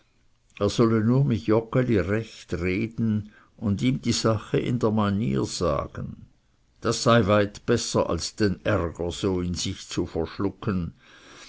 er solle nur mit joggeli recht reden und ihm die sache in der manier sagen das sei weit besser als den ärger so in sich zu verschlucken